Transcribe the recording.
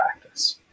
practice